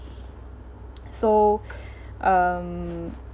so um